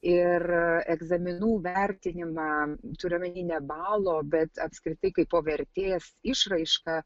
ir egzaminų vertinimą turiu omeny ne balo bet apskritai kaipo vertės išraiška